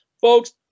Folks